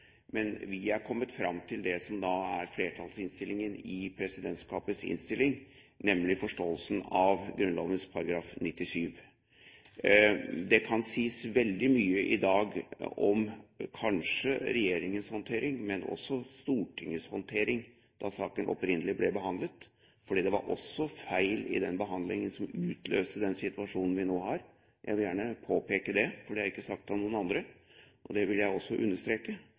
men vi er kommet fram til det som er flertallsinnstillingen i presidentskapets innstilling, nemlig forståelsen av Grunnlovens § 97. Det kan kanskje sies veldig mye i dag om regjeringens håndtering, men også om Stortingets håndtering da saken opprinnelig ble behandlet, fordi det også var feil i den behandlingen som utløste den situasjonen vi nå har – jeg vil gjerne påpeke det, for det er ikke sagt av noen andre. Det vil jeg understreke, at det utløste også